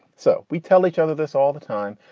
so we tell each other this all the time.